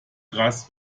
krass